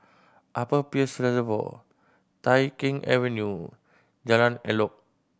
Upper Peirce Reservoir Tai Keng Avenue Jalan Elok